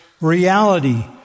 reality